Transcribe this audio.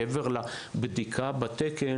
מעבר לבדיקה בתקן,